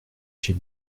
chez